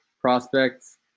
prospects